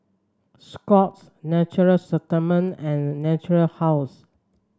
Scott's Natura Stoma and Natura House